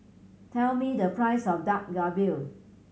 tell me the price of Dak Galbi